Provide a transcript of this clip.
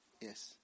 Yes